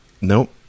Nope